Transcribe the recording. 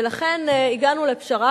ולכן הגענו לפשרה,